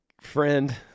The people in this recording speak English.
friend